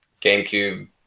GameCube